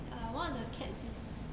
one of the cats is